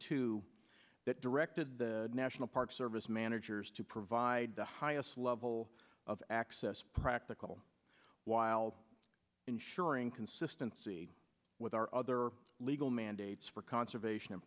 two that directed the national park service managers to provide the highest level of access practical while ensuring consistency with our other legal mandates for conservation